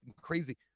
crazy